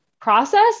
process